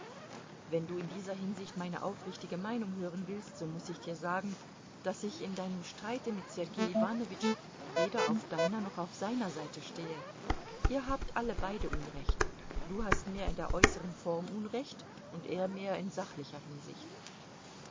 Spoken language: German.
wenn du in dieser hinsicht meine aufrichtige meinung hören willst so muß ich dir sagen daß ich in deinem streite mit sergei iwanowitsch weder auf deiner noch auf seiner seite stehe ihr habt alle beide unrecht du hast mehr in der äußeren form unrecht und er mehr in sachlicher hinsicht